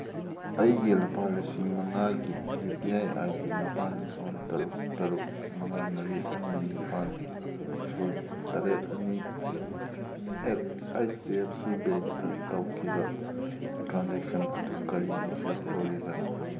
ꯑꯩꯒꯤ ꯂꯨꯄꯥ ꯂꯤꯁꯤꯡ ꯃꯉꯥꯒꯤ U P I I D ꯅꯤꯄꯥꯟ ꯅꯤꯄꯥꯟ ꯇꯔꯨꯛ ꯇꯔꯨꯛ ꯃꯉꯥ ꯃꯔꯤ ꯑꯅꯤ ꯅꯤꯄꯥꯟ ꯐꯨꯟ ꯇꯔꯦꯠ ꯑꯅꯤ H D F C ꯕꯦꯡꯇ ꯇꯧꯈꯤꯕ ꯇ꯭ꯔꯥꯟꯖꯦꯛꯁꯟ ꯑꯗꯨ ꯀꯔꯤꯒꯤ ꯐꯦꯜ ꯑꯣꯏꯔꯤꯕꯅꯣ